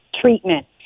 treatment